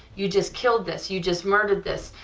you just killed this, you just murdered this,